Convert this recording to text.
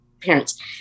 parents